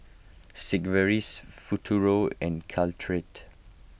Sigvaris Futuro and Caltrate